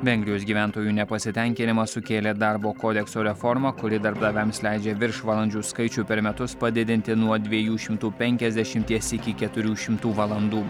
vengrijos gyventojų nepasitenkinimą sukėlė darbo kodekso reforma kuri darbdaviams leidžia viršvalandžių skaičių per metus padidinti nuo dviejų šimtų penkiasdešimties iki keturių šimtų valandų